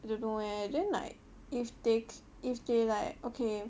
I don't know leh then like if they if they like okay